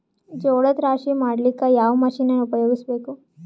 ಜೋಳದ ರಾಶಿ ಮಾಡ್ಲಿಕ್ಕ ಯಾವ ಮಷೀನನ್ನು ಉಪಯೋಗಿಸಬೇಕು?